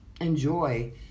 Enjoy